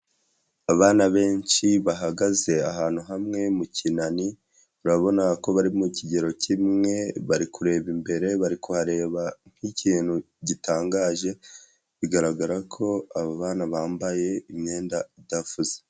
Abana benshi bahagaze ahantu hamwe mu kinani, urabona ko bari mu kigero kimwe, bari kureb’imbere, bari kuhareba nk'ikintu gitangaje. Bigaragara ko abana bambaye imyenda idafuze.